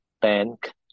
bank